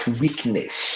weakness